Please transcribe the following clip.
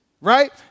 right